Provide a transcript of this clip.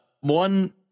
One